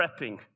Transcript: prepping